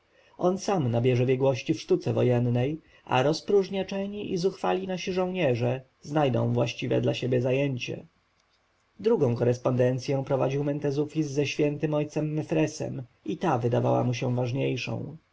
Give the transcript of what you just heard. on sam nabierze biegłości w sztuce wojennej a rozpróżniaczeni i zuchwali nasi żołnierze znajdą właściwe dla siebie zajęcie drugą korespondencję prowadził mentezufis ze świętym ojcem mefresem i ta wydawała mu się ważniejszą